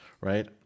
Right